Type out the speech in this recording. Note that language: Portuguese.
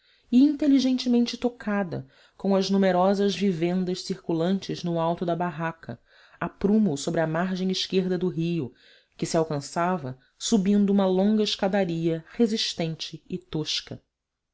inteligentemente locada com as numerosas vivendas circulantes no alto da barranca a prumo sobre a margem esquerda do rio que se alcançava subindo uma longa escadaria resistente e tosca